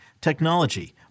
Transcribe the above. technology